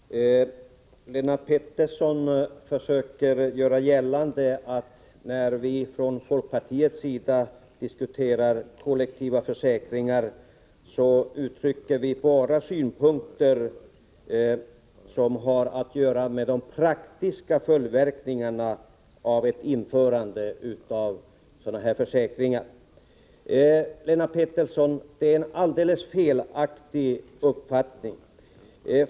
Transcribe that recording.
Herr talman! Lennart Pettersson försöker göra gällande att vi ifrån folkpartiets sida när vi diskuterar kollektiva försäkringar bara uttrycker synpunkter som har att göra med de praktiska följdverkningarna av införandet av sådana här försäkringar. Det är en helt felaktig uppfattning, Lennart Pettersson.